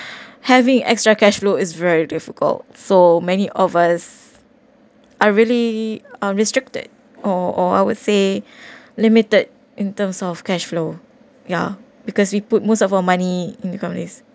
having extra cash flow is very difficult so many of us are really uh restricted or I would say limited in terms of cash flow ya because we put most of our money in